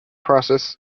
process